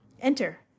Enter